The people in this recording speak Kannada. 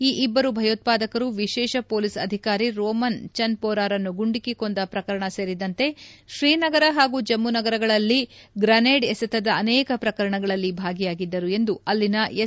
ಈ ಇಬ್ಬರು ಭಯೋತ್ಪಾದಕರು ವಿಶೇಷ ಮೋಲೀಸ್ ಅಧಿಕಾರಿ ರೋಮನ್ ಚನಮೋರಾರನ್ನು ಗುಂಡಿಕ್ಕಿ ಕೊಂದ ಪ್ರಕರಣ ಸೇರಿದಂತೆ ಶ್ರೀನಗರ ಹಾಗೂ ಜಮ್ಮು ನಗರಗಳಲ್ಲಿ ಗ್ರನೇಡ್ ಎಸೆತದ ಅನೇಕ ಪ್ರಕರಣಗಲ್ಲಿ ಭಾಗಿಯಾಗಿದ್ದರು ಎಂದು ಅಲ್ಲಿನ ಎಸ್